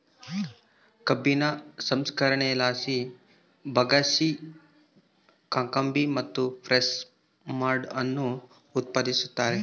ಕಬ್ಬಿನ ಸಂಸ್ಕರಣೆಲಾಸಿ ಬಗ್ಯಾಸ್, ಕಾಕಂಬಿ ಮತ್ತು ಪ್ರೆಸ್ ಮಡ್ ಅನ್ನು ಉತ್ಪಾದಿಸುತ್ತಾರೆ